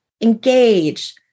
engage